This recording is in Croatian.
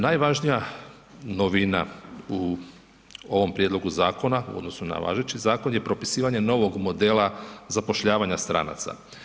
Najvažnija novina u ovom prijedlogu zakona u odnosu na važeći zakon je propisivanje novog modela zapošljavanja stranaca.